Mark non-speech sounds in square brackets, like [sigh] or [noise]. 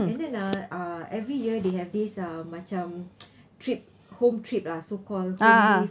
and then ah uh every year they have this uh macam [noise] trip home trip lah so call home leave